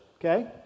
Okay